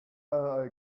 are